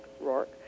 Rourke